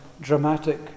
dramatic